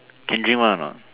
can drink one or not